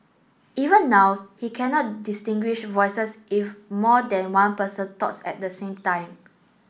even now he cannot distinguish voices if more than one person talks at the same time